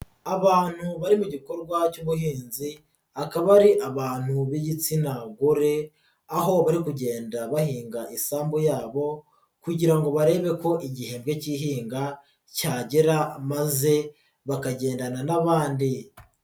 Abantu bari mu gikorwa cy'ubuhinzi akaba ari abantu b'igitsina gore, aho bari kugenda bahinga isambu yabo kugira ngo barebe ko igihembwe k'ihinga cyagera maze bakagendana n'abandeye.